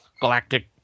Galactic